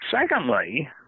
Secondly